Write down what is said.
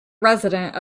resident